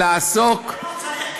מלעסוק ראש הממשלה מקבל כסף?